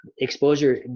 exposure